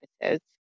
episodes